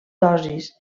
dosis